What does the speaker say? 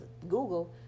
Google